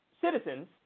citizens